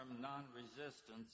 non-resistance